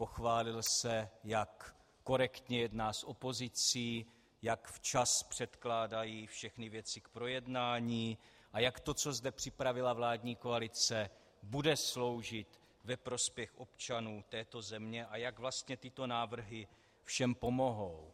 Pochválil se, jak korektně jedná s opozicí, jak včas předkládají všechny věci k projednání a jak to, co zde připravila vládní koalice, bude sloužit ve prospěch občanů této země a jak vlastně tyto návrhy všem pomohou.